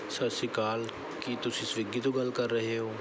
ਸਤਿ ਸ਼੍ਰੀ ਅਕਾਲ ਕੀ ਤੁਸੀਂ ਸਵਿੱਗੀ ਤੋਂ ਗੱਲ ਕਰ ਰਹੇ ਹੋ